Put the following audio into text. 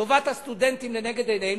טובת הסטודנטים לנגד עינינו.